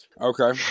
Okay